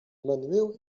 manueel